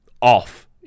off